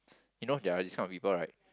you know there're this kind of people right